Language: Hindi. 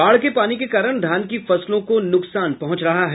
बाढ़ के पानी के कारण धान की फसलों को नुकसान पहुंच रहा है